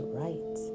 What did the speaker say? right